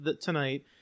tonight